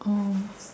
oh